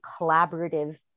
collaborative